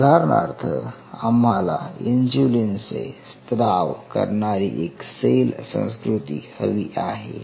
उदाहरणार्थ आम्हाला इन्सुलिनचे स्त्राव करणारी एक सेल संस्कृती हवी आहे